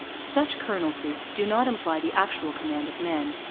such colonelcies do not imply the actual command of men,